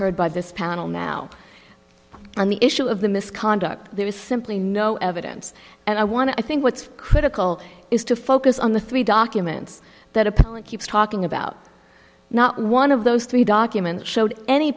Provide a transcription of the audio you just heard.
heard by this panel now on the issue of the misconduct there is simply no evidence and i want to i think what's critical is to focus on the three documents that a keeps talking about not one of those three documents showed any